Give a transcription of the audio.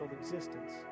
existence